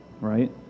right